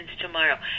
tomorrow